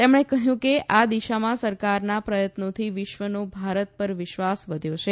તેમણે કહ્યું કે આ દિશામાં સરકારના પ્રયત્નોથી વિશ્વનો ભારત પર વિશ્વાસ વધ્યો છે